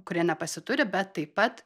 kurie nepasituri bet taip pat